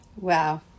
Wow